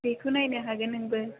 बेखौ नायनो हागोन नोंबो